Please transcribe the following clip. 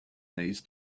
these